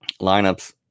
Lineups